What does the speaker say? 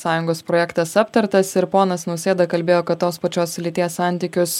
sąjungos projektas aptartas ir ponas nausėda kalbėjo kad tos pačios lyties santykius